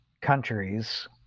countries